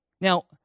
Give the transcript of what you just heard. Now